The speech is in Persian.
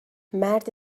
مرد